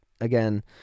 again